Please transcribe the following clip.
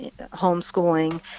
homeschooling